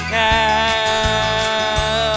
cow